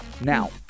Now